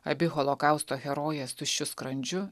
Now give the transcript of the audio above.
abi holokausto herojės tuščiu skrandžiu